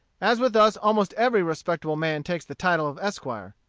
as with us almost every respectable man takes the title of esquire.